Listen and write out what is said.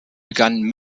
begann